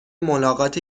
ملاقات